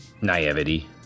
Naivety